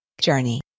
journey